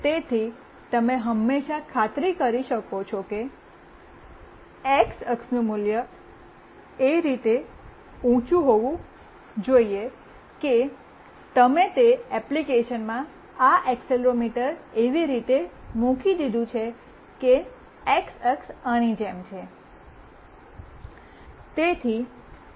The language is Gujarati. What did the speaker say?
તેથી તમે હંમેશાં ખાતરી કરી શકો છો કે એક્સ અક્ષનું મૂલ્ય એ રીતે ઉંચુ હોવું જોઈએ કે તમે તે એપ્લિકેશનમાં આ એક્સેલરોમીટર એવી રીતે મૂકી દીધું છે કે એક્સ અક્ષ આની જેમ છે